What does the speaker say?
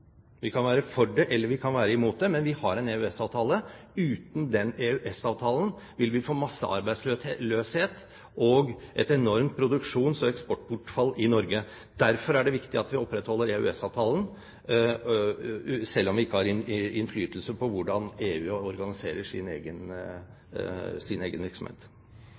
Vi kan være for det, eller vi kan være imot det. Men vi har en EØS-avtale. Uten den EØS-avtalen ville vi få massearbeidsløshet og et enormt produksjons- og eksportbortfall i Norge. Derfor er det viktig at vi opprettholder EØS-avtalen, selv om vi ikke har innflytelse på hvordan EU organiserer sin egen